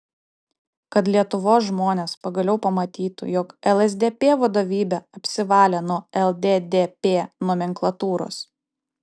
kad lietuvos žmonės pagaliau pamatytų jog lsdp vadovybė apsivalė nuo lddp nomenklatūros